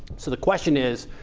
so the question is,